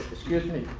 excuse me.